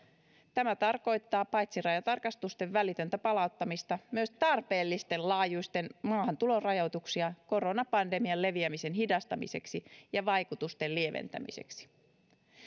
tämä tarkoittaa paitsi rajatarkastusten välitöntä palauttamista myös tarpeellisen laajuisia maahantulorajoituksia koronapandemian leviämisen hidastamiseksi ja vaikutusten lieventämiseksi